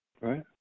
right